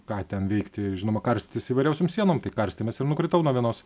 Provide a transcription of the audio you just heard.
ką ten veikti žinoma karstytis įvairiausiom sienom tai karstėmės ir nukritau nuo vienos